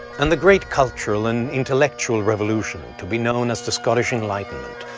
and the great cultural and intellectual revolution, to be known as the scottish enlightenment,